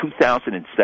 2007